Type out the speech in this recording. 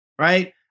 Right